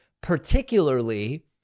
particularly